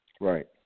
Right